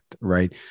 Right